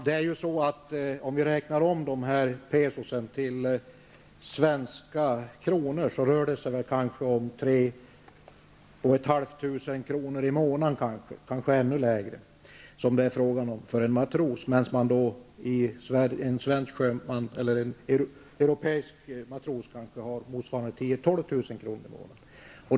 Herr talman! Om vi räknar om filippinska peso till svenska kronor visar det sig att en matros får 3 500 kr. i månaden, kanske ännu lägre lön, medan en europeisk matros kanske har motsvarande 10 000-- 12 000 kr. i månaden.